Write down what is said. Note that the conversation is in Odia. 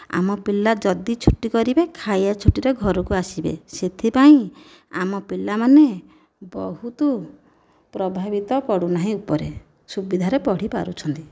ଆମ ପିଲା ଯଦି ଛୁଟି କରିବେ ଖାଇବା ଛୁଟିରେ ଘରକୁ ଆସିବେ ସେଥିପାଇଁ ଆମ ପିଲା ମାନେ ବହୁତ ପ୍ରଭାବିତ ପଡ଼ୁନାହିଁ ଉପରେ ସୁବିଧାରେ ପଢ଼ି ପାରୁଛନ୍ତି